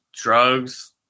Drugs